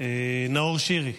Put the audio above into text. נאור שירי,